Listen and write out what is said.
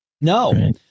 No